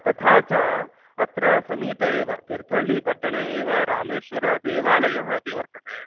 तथा च अत्र समीपे एव तीर्थहळ्ळि पट्टणे एव रामेश्वरदेवालयः अपि वर्तते